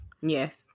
Yes